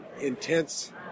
intense